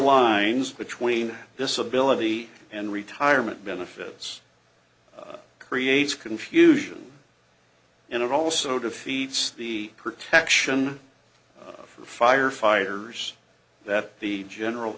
lines between disability and retirement benefits creates confusion in of also defeats the protection of firefighters that the general